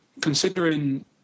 considering